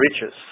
riches